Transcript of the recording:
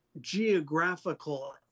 geographical